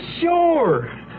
sure